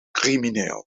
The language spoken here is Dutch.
crimineel